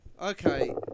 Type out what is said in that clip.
Okay